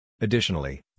Additionally